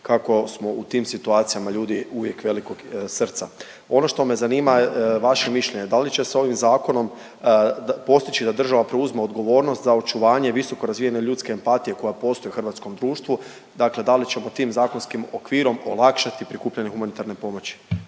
kako smo u tim situacijama ljudi uvijek velikog srca. Ono što me zanima vaše mišljenje, da li će se ovim zakonom postići da država preuzme odgovornost za očuvanje visoko razvijene ljudske empatije koja postoji u hrvatskom društvu, dakle da li ćemo tim zakonskim okvirom olakšati prikupljanje humanitarne pomoći.